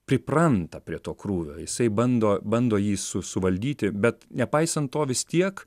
pripranta prie to krūvio jisai bando bando jį suvaldyti bet nepaisant to vis tiek